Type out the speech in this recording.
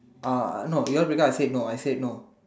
uh no you ask because I said no I said no